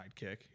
sidekick